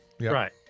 Right